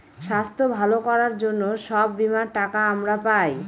স্বাস্থ্য ভালো করার জন্য সব বীমার টাকা আমরা পায়